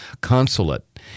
consulate